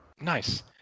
nice